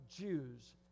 Jews